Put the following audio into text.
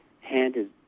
handed